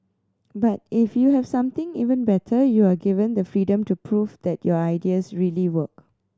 but if you have something even better you are given the freedom to prove that your ideas really work